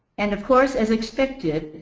and of course as expected,